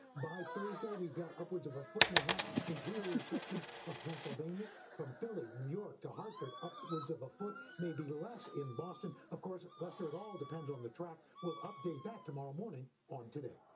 by thursday we got upwards of a foot and a half. interior sections of pennsylvania. from philly, new york, to hartford upwards of a foot, maybe less in boston. of course lester, it all depends on the track. we'll update that tomorrow morning on today.